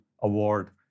Award